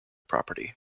property